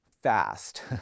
fast